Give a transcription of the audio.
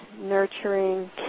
nurturing